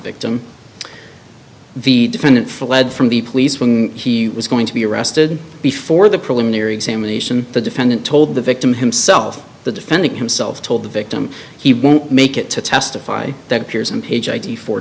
victim the defendant fled from the police when he was going to be arrested before the preliminary examination the defendant told the victim himself the defending himself told the victim he won't make it to testify